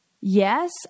yes